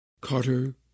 carter